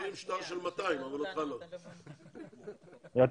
אתה